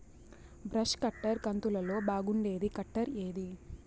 Brush cutter కంతులలో బాగుండేది cutter ఏది?